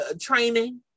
training